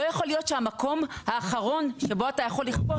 לא יכול להיות שהמקום האחרון שבו אתה יכול לכפות הם בתי חולים.